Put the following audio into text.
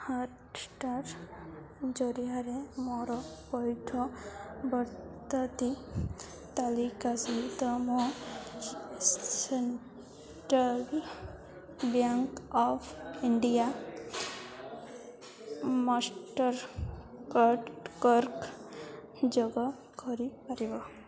Hotstar ଜରିଆରେ ମୋର ପଇଠ ପଦ୍ଧତି ତାଲିକା ସହିତ ମୋ central bank of India Mastercard କାରଘ ଯୋଗ କରିପାରିବ